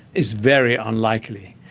is very unlikely.